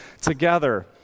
together